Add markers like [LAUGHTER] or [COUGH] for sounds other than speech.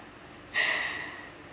[BREATH]